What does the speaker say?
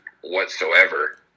whatsoever